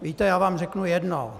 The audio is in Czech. Víte, já vám řeknu jedno.